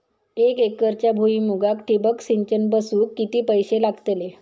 एक एकरच्या भुईमुगाक ठिबक सिंचन बसवूक किती पैशे लागतले?